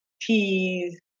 teas